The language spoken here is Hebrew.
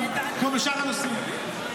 כמו בשאר הנושאים.